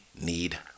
need